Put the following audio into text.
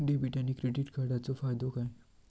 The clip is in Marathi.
डेबिट आणि क्रेडिट कार्डचो फायदो काय?